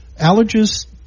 Allergists